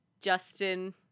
Justin